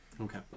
Okay